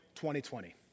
2020